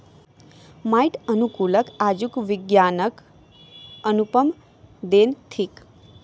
माइट अनुकूलक आजुक विज्ञानक अनुपम देन थिक